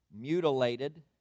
mutilated